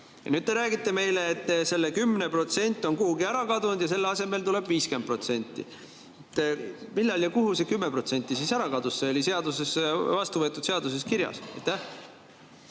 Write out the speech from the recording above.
nüüd te räägite meile, et see 10% on kuhugi ära kadunud ja selle asemele tuleb 50%. Millal ja kuhu see 10% siis ära kadus? See oli vastuvõetud seaduses kirjas.